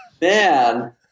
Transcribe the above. Man